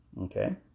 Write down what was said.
Okay